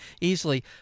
easily